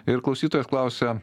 ir klausytojas klausia